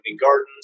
gardens